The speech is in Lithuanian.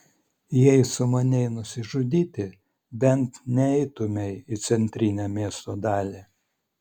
jei sumanei nusižudyti bent neitumei į centrinę miesto dalį